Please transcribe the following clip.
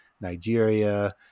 Nigeria